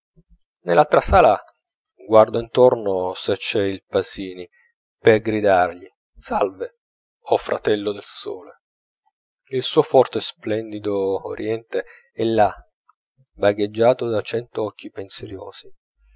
nell'altra sala guardo intorno se c'è il pasini per gridargli salve o fratello del sole il suo forte e splendido oriente è là vagheggiato da cento occhi pensierosi